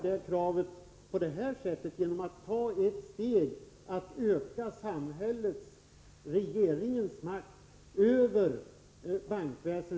Det kravet tillgodoser ni således genom att j Torsdagen den ta ett steg mot ökad makt från regeringens sida över bankväsendet.